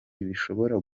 bishobora